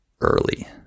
early